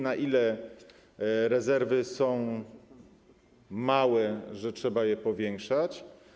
Na ile rezerwy są małe, że trzeba je powiększać?